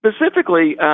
specifically